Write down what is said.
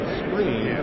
screen